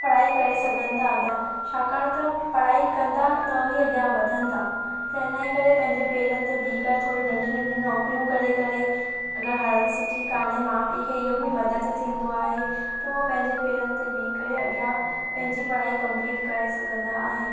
पढ़ाइ करे सघनि था अॻियां छाकाणि त पढ़ाइ कंदा त ही अॻियां वधंदा त हिन करे पंहिंजे पेरनि ते बीह करे थोरियूं नढ़ी नढ़ी नौकरियूं करे करे अगर हालात सुठी काने माउ पीउ खे इहो बि मददु थींदो आहे त हो पंहिंजे पेरनि ते बीह करे अॻियां पंहिंजी पढ़ाई कम्पलीट करे सघंदा आहिनि